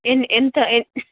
in ఎంత ఏ